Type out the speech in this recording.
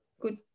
good